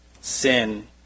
Sin